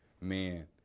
man